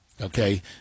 Okay